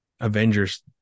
avengers